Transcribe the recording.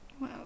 Wow